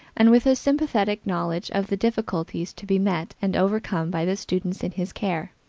and with a sympathetic knowledge of the difficulties to be met and overcome by the students in his care.